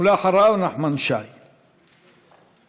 אחריה, חברת הכנסת קסניה